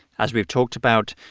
as we've talked about,